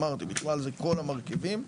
בכלל זה כל המרכיבים,